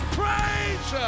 praise